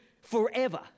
forever